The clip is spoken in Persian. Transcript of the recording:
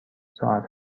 ساعت